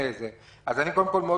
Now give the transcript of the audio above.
זה גורם לאנשים...